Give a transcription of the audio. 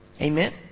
Amen